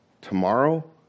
tomorrow